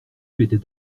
étaient